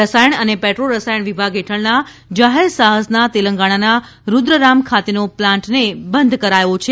રસાયણ અને પેટ્રોરસાયણ વિભાગ હેઠળના જાહેરસાહસના તેલંગણાના રૂદ્રરામ ખાતેનો પ્લાન્ટને બંધ કરાયો છે